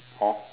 hor